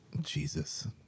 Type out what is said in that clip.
Jesus